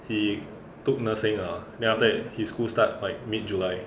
he took nursing ah then after that he's school start like mid july